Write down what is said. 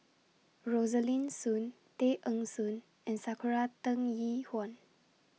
Rosaline Soon Tay Eng Soon and Sakura Teng Ying Hua